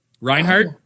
Reinhardt